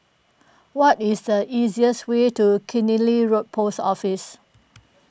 what is the easiest way to Killiney Road Post Office